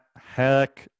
Heck